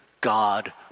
God